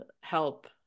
help